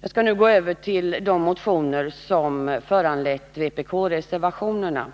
Jag skall nu gå över till de motioner som har föranlett vpk-reservationerna. I